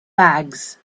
bags